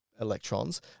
electrons